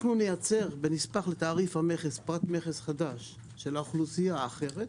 אנחנו נייצר בנספח לתעריף המכס פרט מכס חדש של האוכלוסייה האחרת,